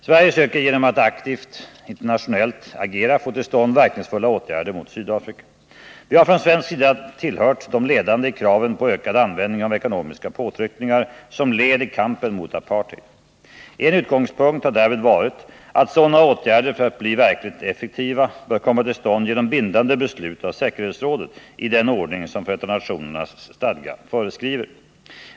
Sverige söker Fredagen den genom ett aktivt internationellt agerande få till stånd verkningsfulla åtgärder 16 november 1979 mot Sydafrika. Vi har från svensk sida tillhört de ledande i kraven på ökad användning av ekonomiska påtryckningar som led i kampen mot apartheid. Om åtgärder för En utgångspunkt har därvid varit att sådana åtgärder för att bli verkligt — arr stoppa SAS effektiva bör komma till stånd genom bindande beslut av säkerhetsrådet i den flygningar på Sydordning FN:s stadga föreskriver.